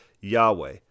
Yahweh